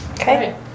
Okay